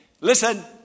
Listen